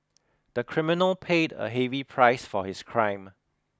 the criminal paid a heavy price for his crime